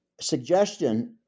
suggestion